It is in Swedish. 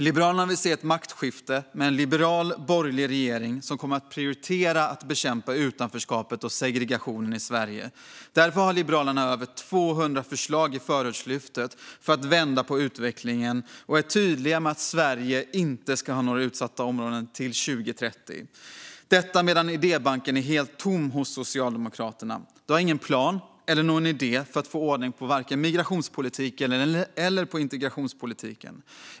Liberalerna vill se ett maktskifte med en liberal borgerlig regering som kommer att prioritera att bekämpa utanförskapet och segregationen i Sverige. Därför har Liberalerna över 200 förslag i Förortslyftet för att vända på utvecklingen. Liberalerna är tydliga med att Sverige inte ska ha några utsatta områden 2030. Samtidigt är idébanken helt tom hos Socialdemokraterna. De har ingen plan eller idé för att få ordning på migrationspolitiken eller integrationspolitiken.